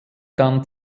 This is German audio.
dann